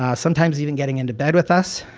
um sometimes even getting into bed with us.